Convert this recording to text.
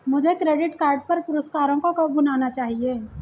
मुझे credit card पर पुरस्कारों को कब भुनाना चाहिए?